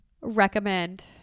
recommend